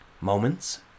moments